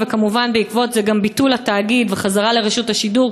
וכמובן בעקבות זה גם ביטול התאגיד וחזרה לרשות השידור.